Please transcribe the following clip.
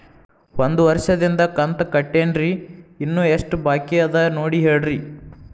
ಒಂದು ವರ್ಷದಿಂದ ಕಂತ ಕಟ್ಟೇನ್ರಿ ಇನ್ನು ಎಷ್ಟ ಬಾಕಿ ಅದ ನೋಡಿ ಹೇಳ್ರಿ